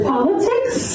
Politics